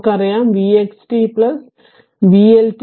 നമുക്കറിയാം vxt vLt 0